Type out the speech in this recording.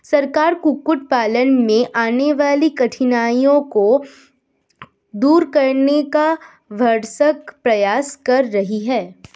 सरकार कुक्कुट पालन में आने वाली कठिनाइयों को दूर करने का भरसक प्रयास कर रही है